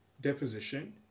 deposition